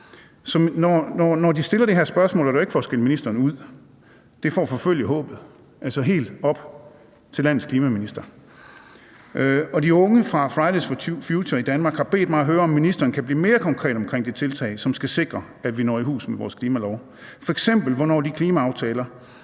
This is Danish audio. ministeren det her spørgsmål, er det jo ikke for at skælde ministeren ud. Det er for at forfølge håbet helt op til landets klimaminister. De unge fra Fridays for Future i Danmark har bedt mig om at høre, om ministeren kan blive mere konkret omkring de tiltag, som skal sikre, at vi når i mål med vores klimalov, f.eks. hvornår de klimaaftaler,